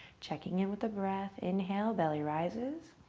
checking in with the breath, inhale, belly rises.